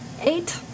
Eight